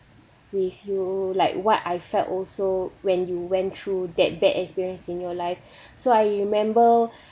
with you like what I felt also when you went through that bad experience in your life so I remember